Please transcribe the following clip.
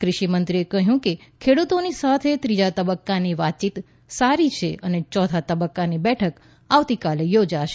ક્રષિમંત્રીએ કહ્યું કે ખેડ્રતોની સાથે ત્રીજા તબક્કાની વાતયીત સારી છે અને ચોથા તબક્કાની બેઠક આવતીકાલે યોજાશે